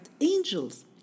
angels